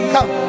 Come